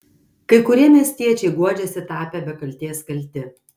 kai kurie miestiečiai guodžiasi tapę be kaltės kalti